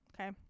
Okay